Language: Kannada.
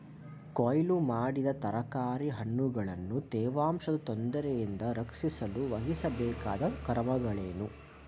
ಕೊಯ್ಲು ಮಾಡಿದ ತರಕಾರಿ ಹಣ್ಣುಗಳನ್ನು ತೇವಾಂಶದ ತೊಂದರೆಯಿಂದ ರಕ್ಷಿಸಲು ವಹಿಸಬೇಕಾದ ಕ್ರಮಗಳೇನು?